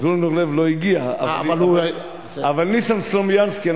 זבולון אורלב לא הגיע אבל ניסן סלומינסקי,